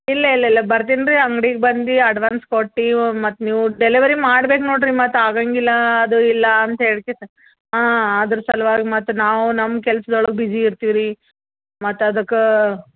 ಇಲ್ಲ ಇಲ್ಲ ಇಲ್ಲ ಬರ್ತೀನಿ ರೀ ಅಂಗ್ಡಿಗೆ ಬಂದು ಅಡ್ವಾನ್ಸ್ ಕೊಟ್ಟು ಮತ್ತೆ ನೀವು ಡೆಲವರಿ ಮಾಡ್ಬೇಕು ನೋಡಿರಿ ಮತ್ತೆ ಆಗಾಂಗಿಲ್ಲ ಅದು ಇಲ್ಲ ಅಂತ ಹೇಳಿ ಹಾಂ ಅದ್ರ ಸಲುವಾಗಿ ಮತ್ತೆ ನಾವು ನಮ್ಮ ಕೆಲ್ಸ್ದೊಳಗೆ ಬ್ಯುಸಿ ಇರ್ತೀವಿ ರೀ ಮತ್ತೆ ಅದಕ್ಕೆ